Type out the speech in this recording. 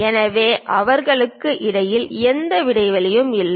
எனவே அவர்களுக்கு இடையே எந்த இடைவெளியும் இல்லை